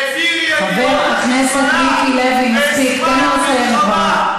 העביר ידיעות ל"חיזבאללה" בזמן מלחמה.